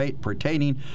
pertaining